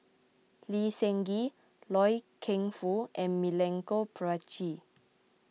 Lee Seng Gee Loy Keng Foo and Milenko Prvacki